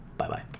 Bye-bye